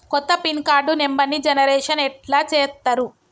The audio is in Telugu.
కొత్త పిన్ కార్డు నెంబర్ని జనరేషన్ ఎట్లా చేత్తరు?